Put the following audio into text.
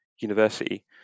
university